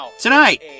Tonight